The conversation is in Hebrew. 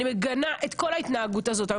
אני מגנה את כל ההתנהגות הזאת.